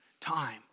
time